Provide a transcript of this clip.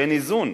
שאין איזון.